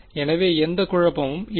எனவே எந்த குழப்பமும் இல்லை